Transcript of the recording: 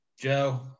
Joe